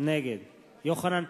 נגד יוחנן פלסנר,